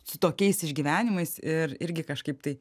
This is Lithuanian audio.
su tokiais išgyvenimais ir irgi kažkaip tai